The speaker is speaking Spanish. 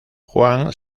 juan